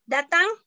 Datang